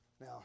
Now